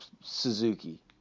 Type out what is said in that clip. Suzuki